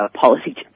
policy